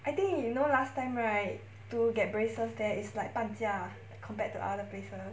I think you know last time right to get braces there is like 半价 compared to other places